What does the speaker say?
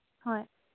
ꯍꯣꯏ